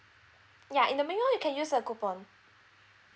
ya in the meanwhile you can use a coupon